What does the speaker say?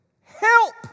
Help